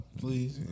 please